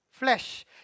flesh